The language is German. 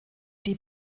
die